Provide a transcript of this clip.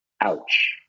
Ouch